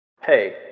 Hey